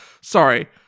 sorry